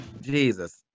Jesus